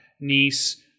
niece